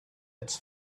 its